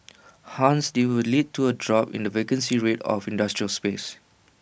hence they would lead to A drop in the vacancy rate of industrial space